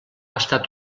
estat